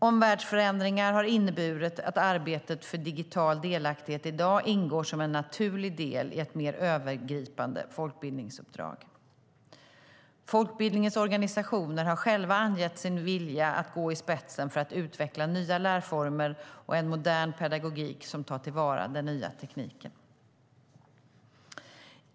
Omvärldsförändringar har inneburit att arbetet för digital delaktighet i dag ingår som en naturlig del i ett mer övergripande folkbildningsuppdrag. Folkbildningens organisationer har själva angett sin vilja att gå i spetsen för att utveckla nya lärformer och en modern pedagogik som tar till vara den nya tekniken.